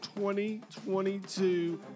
2022